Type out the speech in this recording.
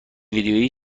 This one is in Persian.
ویدیویی